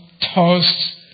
tossed